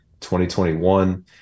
2021